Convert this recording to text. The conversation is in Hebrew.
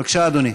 בבקשה, אדוני.